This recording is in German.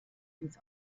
ins